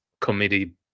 committee